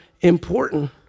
important